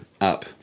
up